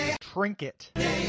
Trinket